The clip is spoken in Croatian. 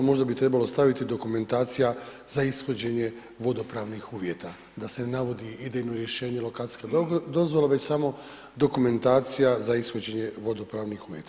Možda bi trebalo staviti dokumentacija za ishođenje vodnopravnih uvjeta, da se ne navodi idejno rješenje lokacijska dozvola, već samo dokumentacija za ishođenje vodopravnih uvjeta.